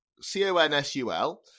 C-O-N-S-U-L